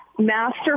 Master